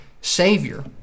Savior